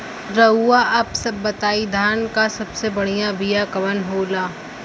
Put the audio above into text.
रउआ आप सब बताई धान क सबसे बढ़ियां बिया कवन होला?